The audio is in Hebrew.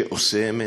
שעושה אמת,